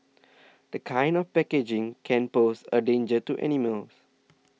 this kind of packaging can pose a danger to animals